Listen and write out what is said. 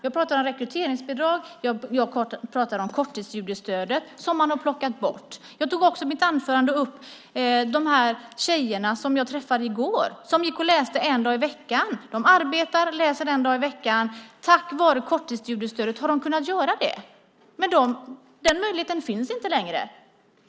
Jag pratar om rekryteringsbidrag och jag pratar om korttidsstudiestödet som man har plockat bort. Jag tog i mitt anförande upp de tjejer som jag träffade i går och som gick och läste en dag i veckan. De arbetar, och de läste en dag i veckan. Tack vare korttidsstudiestödet har de kunnat göra det. Men den möjligheten finns inte längre.